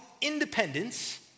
independence